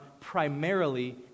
primarily